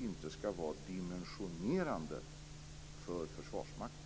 inte skall vara dimensionerande för Försvarsmakten.